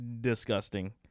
disgusting